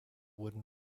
wooden